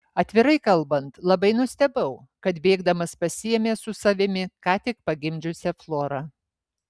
atvirai kalbant labai nustebau kad bėgdamas pasiėmė su savimi ką tik pagimdžiusią florą